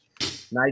Nice